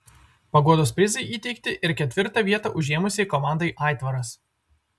paguodos prizai įteikti ir ketvirtą vietą užėmusiai komandai aitvaras